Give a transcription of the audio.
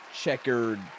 checkered